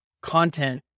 content